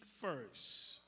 first